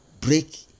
break